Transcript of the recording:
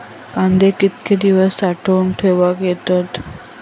कांदे कितके दिवस साठऊन ठेवक येतत?